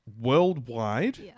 Worldwide